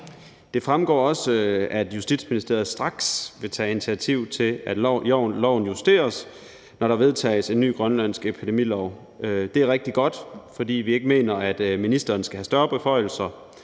Det fremgår også, at Justitsministeriet straks vil tage initiativ til, at loven justeres, når der vedtages en ny grønlandsk epidemilov. Det er rigtig godt, for vi mener ikke, at ministeren skal have større beføjelser,